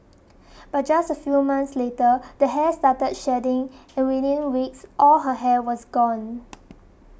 but just a few months later the hair started shedding and within weeks all her hair was gone